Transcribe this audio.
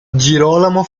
girolamo